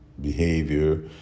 behavior